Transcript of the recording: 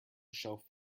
shelf